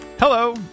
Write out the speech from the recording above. Hello